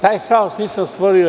Taj haos nisam stvorio ja.